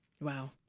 Wow